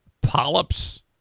polyps